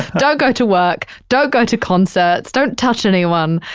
don't go to work, don't go to concerts, don't touch anyone,